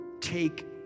take